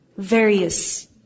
various